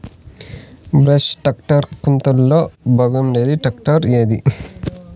Brush cutter కంతులలో బాగుండేది cutter ఏది?